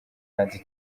kandi